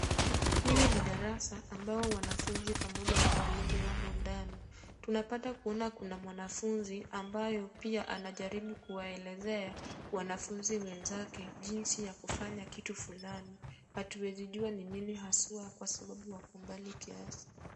Hili ni darasa ambayo wanafunzi pamoja na walimu wamo ndani. Tunapata kuona kuna mwanafunzi ambayo pia anajaribu kuwaelezea wanafunzi wenzake jinsi ya kufanya kitu fulani. Hatuwezi jua ni nini haswa kwasababu wako mbali kiasi.